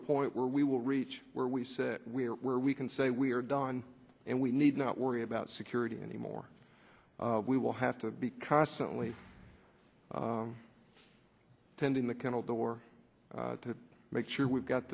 a point where we will reach where we say we are where we can say we are done and we need not worry about security anymore we will have to be constantly tending the kennel door to make sure we've got